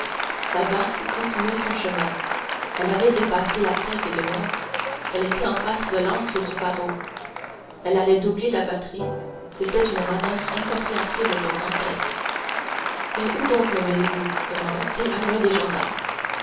la barque continuait son chemin elle avait dépassé la tête de mort elle était en face de l'anse du pharo elle allait doubler la batterie c'était une manoeuvre incompréhensible pour dantès mais où donc me menez-vous demanda-t-il l'un des gendarmes